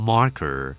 Marker